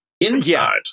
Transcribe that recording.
inside